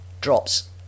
drops